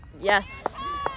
Yes